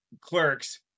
Clerks